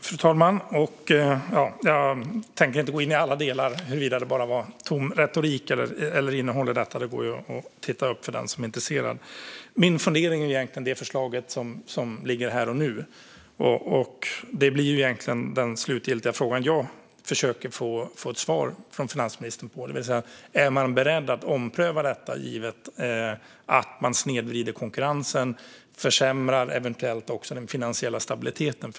Fru talman! Jag tänker inte gå in i alla delar på huruvida det var tom retorik eller innehåll i detta. Det går att ta fram för den som är intresserad. Min fundering gäller det förslag som ligger här och nu. Den slutgiltiga fråga jag försöker att få ett svar på från finansministern gäller om man är beredd att ompröva förslaget, givet att man snedvrider konkurrensen och eventuellt försämrar den finansiella stabiliteten.